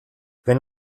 wenn